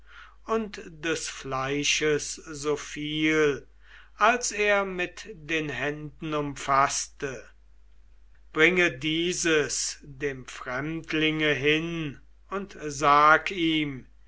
und des fleisches so viel als er mit den händen umfaßte bringe dieses dem fremdlinge hin und sag ihm